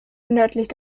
nördlich